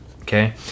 Okay